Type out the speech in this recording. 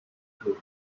group